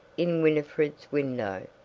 in winifred's window,